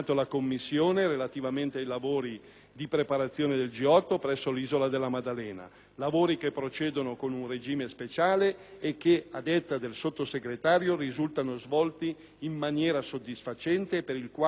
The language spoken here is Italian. lavori che procedono con un regime speciale e che, a detta del Sottosegretario, risultano svolti in maniera soddisfacente e per i quali questo provvedimento assegna la somma di 233 milioni di euro.